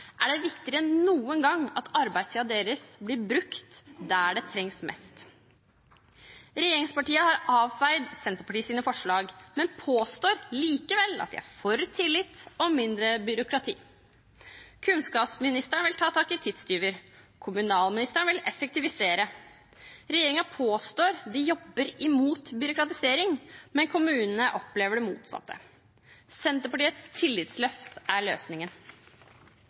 er det viktigere enn noen gang at arbeidstiden deres blir brukt der det trengs mest. Regjeringspartiene har avfeid Senterpartiets forslag, men påstår likevel at de er for tillit og mindre byråkrati. Kunnskapsministeren vil ta tak i tidstyver. Kommunalministeren vil effektivisere. Regjeringen påstår at de jobber imot byråkratisering, men kommunene opplever det motsatte. Senterpartiets tillitsløft er løsningen.